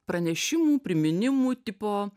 pranešimų priminimų tipo